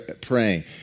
praying